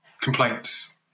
complaints